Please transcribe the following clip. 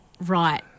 right